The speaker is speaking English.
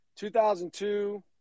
2002